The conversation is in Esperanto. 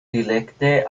direkte